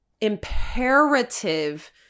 Imperative